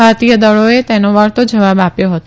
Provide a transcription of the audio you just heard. ભારતીય દળોએ તેનો વળતો જવાબ આપ્યો હતો